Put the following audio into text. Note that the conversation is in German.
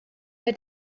bei